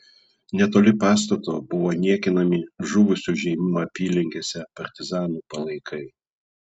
netoli pastato buvo niekinami žuvusių žeimių apylinkėse partizanų palaikai